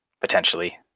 potentially